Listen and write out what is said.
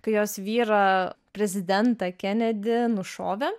kai jos vyrą prezidentą kenedį nušovė